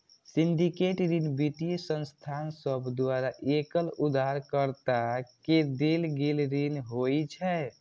syndicate ऋण वित्तीय संस्थान सभ द्वारा एकल उधारकर्ता के देल गेल ऋण होइ छै